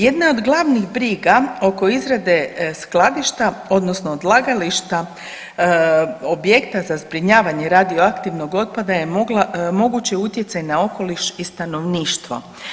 Jedna od glavnih briga oko izrade skladišta odnosno odlagališta objekta za zbrinjavanje radioaktivnog otpada je mogući utjecaj na okoliš i stanovništvo.